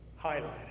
Highlighted